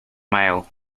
mile